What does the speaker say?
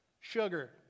sugar